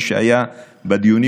מי שהיה בדיונים,